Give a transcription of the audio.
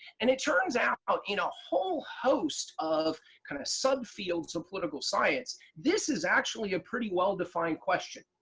and it turns out out in a whole host of kind of subfields of political science, this is actually a pretty well defined question.